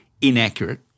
inaccurate